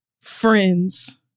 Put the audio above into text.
friends